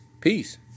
Peace